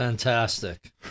Fantastic